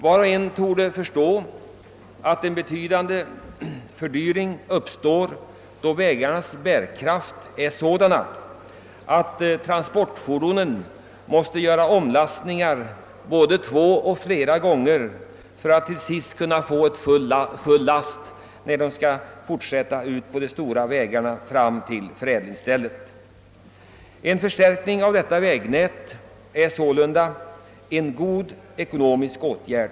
Var och en förstår att det blir betydande fördyringar om vägarnas bärkraft är så dålig, att transportfordonen måste lasta om upprepade gånger för att få full last för den fortsatta transporten på de stora vägarna fram till förädlingsstället. En förstärkning av detta vägnät är därför en god ekonomisk åtgärd.